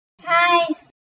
hi